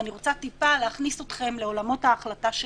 ואני רוצה טיפה להכניס אתכם לעולמות ההחלטה שלנו.